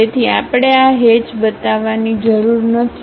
તેથી આપણે આ હેચ બતાવવાની જરૂર નથી